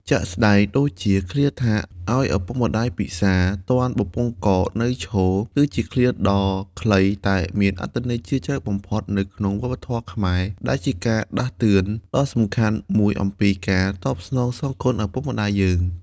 ជាក់ស្ដែងដូចជាឃ្លាថា ឲ្យឪពុកម្តាយពិសារ ទាន់បំពង់ករនៅឈរ គឺជាឃ្លាដ៏ខ្លីតែមានអត្ថន័យជ្រាលជ្រៅបំផុតនៅក្នុងវប្បធម៌ខ្មែរ ដែលជាការដាស់តឿនដ៏សំខាន់មួយអំពីការតបស្នងសងគុណឪពុកម្តាយយើង។